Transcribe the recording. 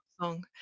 song